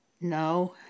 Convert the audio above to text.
No